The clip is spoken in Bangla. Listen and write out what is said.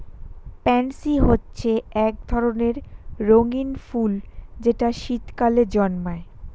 প্যান্সি হচ্ছে এক ধরনের রঙিন ফুল যেটা শীতকালে জন্মায়